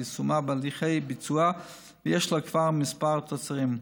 יישומה בהליכי ביצוע, ויש לה כבר כמה תוצרים.